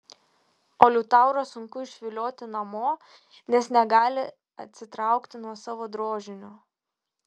o liutaurą sunku išvilioti namo nes negali atsitraukti nuo savo drožinio